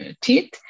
teeth